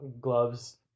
gloves